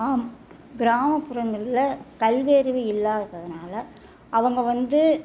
ஆம் கிராமப்புறங்களில் கல்வி அறிவு இல்லாததுனால் அவங்க வந்து